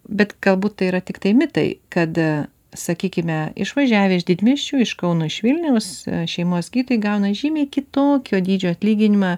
bet galbūt tai yra tiktai mitai kad sakykime išvažiavę iš didmiesčių iš kauno iš vilniaus šeimos gydytojai gauna žymiai kitokio dydžio atlyginimą